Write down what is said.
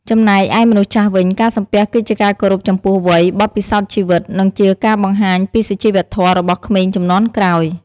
ចំណែកឯមនុស្សចាស់វិញ ការសំពះគឺជាការគោរពចំពោះវ័យ បទពិសោធន៍ជីវិត និងជាការបង្ហាញពីសុជីវធម៌របស់ក្មេងជំនាន់ក្រោយ។